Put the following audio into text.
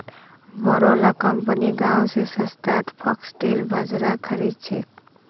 बोरो ला कंपनि गांव स सस्तात फॉक्सटेल बाजरा खरीद छेक